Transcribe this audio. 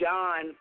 John